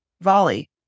volley